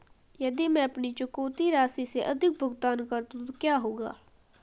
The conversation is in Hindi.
यदि मैं अपनी चुकौती राशि से अधिक भुगतान कर दूं तो क्या होगा?